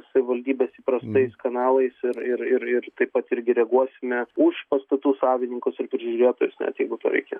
savivaldybės įprastais kanalais ir ir ir taip pat irgi reaguosime už pastatų savininkus ir prižiūrėtojus net jeigu to reikės